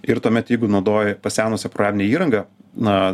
ir tuomet jeigu naudoji pasenusią programinę įrangą na